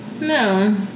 No